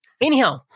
anyhow